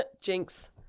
Jinx